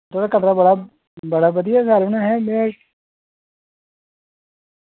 थुआढ़े कटरा बड़ा बड़ा बधिया घर बनाया हा में